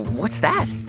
what's that?